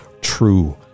true